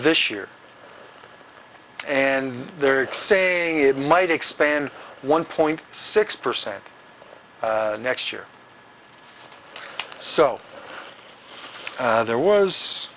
this year and they're saying it might expand one point six percent next year so there was